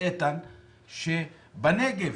על הנגב,